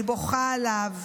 אני בוכה עליו.